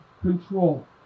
control